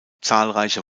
zahlreiche